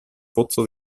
pozzo